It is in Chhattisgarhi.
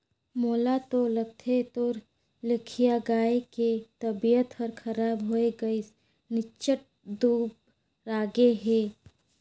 मोला तो लगथे तोर लखिया गाय के तबियत हर खराब होये गइसे निच्च्ट दुबरागे हे